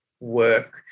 work